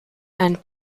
and